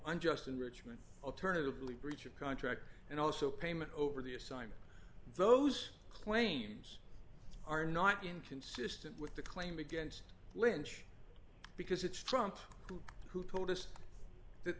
unjust enrichment alternatively breach of contract and also payment over the assignment those claims are not inconsistent with the claim against lynch because it's trump who told us that